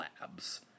labs